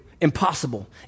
Impossible